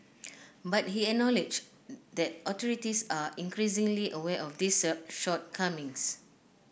but he acknowledged that authorities are increasingly aware of these shortcomings